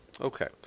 Okay